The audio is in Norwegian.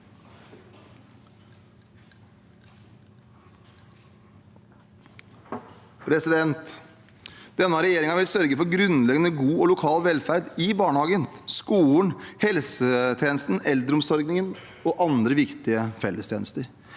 beslag. Denne regjeringen vil sørge for grunnleggende, god og lokal velferd i barnehagen, skolen, helsetjenesten, eldreomsorgen og andre viktige fellestjenester.